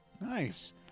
Nice